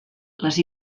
les